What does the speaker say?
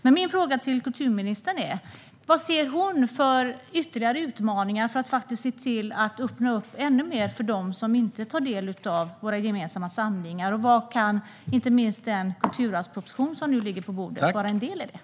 Min fråga till kulturministern är: Vad ser kulturministern för ytterligare utmaningar när det gäller att se till att öppna upp ännu mer för dem som inte tar del av våra gemensamma samlingar? Kan inte minst den kulturarvsproposition som nu ligger på bordet vara en del i detta?